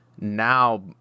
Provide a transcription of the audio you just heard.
now